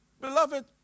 Beloved